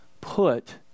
put